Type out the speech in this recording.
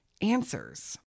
answers